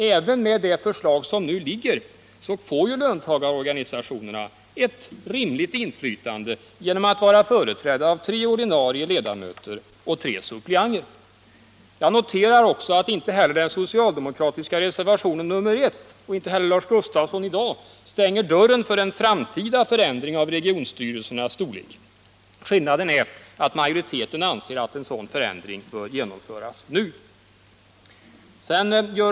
Även med det förslag som nu föreligger får löntagarorganisationerna ett rimligt inflytande genom att vara företrädda av tre ordinarie ledamöter och tre suppleanter. Jag noterar att inte heller den socialdemokratiska reservationen nr I — och Lars Gustafsson gör det inte heller här i dag — stänger dörren för en framtida förändring av regionstyrelsernas storlek. Skillnaden är att majoriteten anser att en sådan förändring bör genomföras nu.